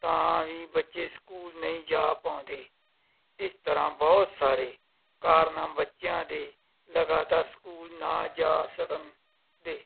ਤਾਂ ਵੀ ਬੱਚੇ ਸਕੂਲ ਨਹੀਂ ਜਾ ਪਾਉਂਦੇ ਇਸ ਤਰ੍ਹਾਂ ਬਹੁਤ ਸਾਰੇ ਕਾਰਨ ਆ ਬੱਚਿਆਂ ਦੇ ਲਗਾਤਾਰ ਸਕੂਲ ਨਾ ਜਾ ਸਕਣ ਦੇ